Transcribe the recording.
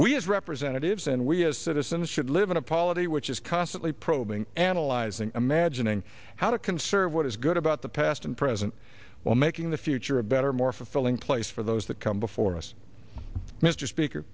we as representatives and we as citizens should live an apology which is constantly probing analyzing imagining how to conserve what is good about the past and present well making the future a better more fulfilling place for those that come before us mr speaker